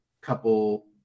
couple